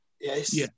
Yes